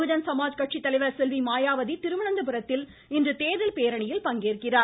பகுஜன் சமாஜ் கட்சி தலைவர் செல்வி மாயாவதி திருவனந்தபுரத்தில் இன்று தேர்தல் பேரணியில் பங்கேற்கிறார்